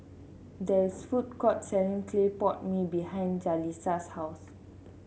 there is food courts selling Clay Pot Mee behind Jalisa's house